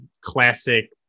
classic